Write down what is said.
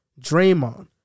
Draymond